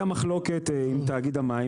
מחלוקת עם תאגיד המים,